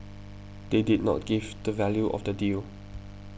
they did not give the value of the deal